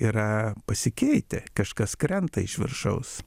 yra pasikeitę kažkas krenta iš viršaus